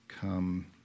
come